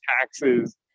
taxes